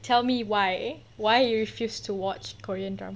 tell me why why you refused to watch korean drama